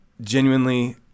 genuinely